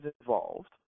involved